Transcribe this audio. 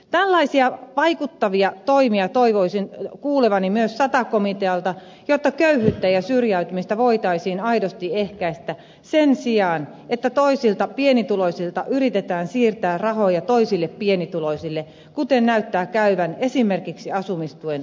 tällaisia vaikuttavia toimia toivoisin kuulevani myös sata komitealta jotta köyhyyttä ja syrjäytymistä voitaisiin aidosti ehkäistä sen sijaan että toisilta pienituloisilta yritetään siirtää rahoja toisille pienituloisille kuten näyttää käyvän esimerkiksi asumistuen uudistamisessa